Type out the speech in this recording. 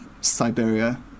Siberia